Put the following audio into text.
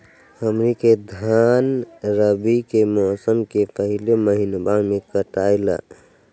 हमनी के धान रवि के मौसम के पहले महिनवा में कटाई ला